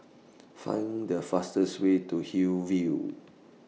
Find The fastest Way to Hillview